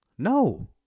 No